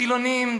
חילונים,